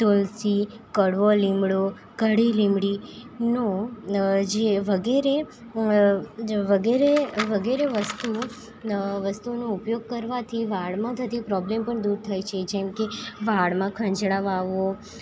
તુલસી કડવો લીમડો ગડી લીમડીનો વગેરે જે વગેરે વસ્તુઓ વસ્તુનો ઉપયોગ કરવાથી વાળમાં થતી પ્રોબ્લેમ પણ દૂર થાય છે જેમકે વાળમાં ખંજડાવ આવવો